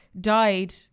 died